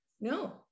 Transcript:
No